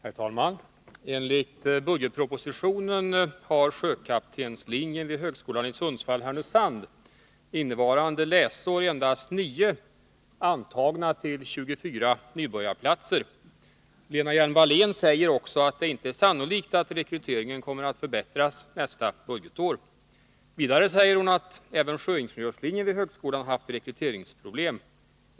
Herr talman! Enligt budgetpropositionen har sjökaptenslinjen vid högskolan i Sundsvall/Härnösand innevarande läsår endast 9 antagna till 24 nybörjarplatser. Lena Hjelm-Wallén säger också att det inte är sannolikt att rekryteringen kommer att förbättras nästa budgetår. Vidare säger hon att även sjöingenjörslinjen vid högskolan haft rekryteringsproblem.